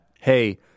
hey